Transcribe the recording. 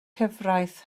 cyfraith